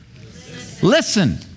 Listen